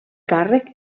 càrrec